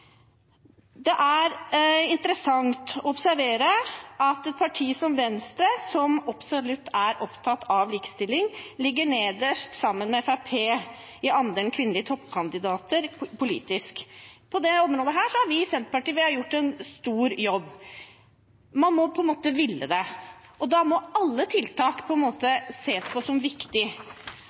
Det er interessant å observere at et parti som Venstre, som absolutt er opptatt av likestilling, ligger nederst, sammen med Fremskrittspartiet, når det gjelder andelen kvinnelige politiske toppkandidater. På dette området har vi i Senterpartiet gjort en stor jobb. Man må på en måte ville det, og da må alle tiltak ses på som viktige. Jeg vet at dette er viktig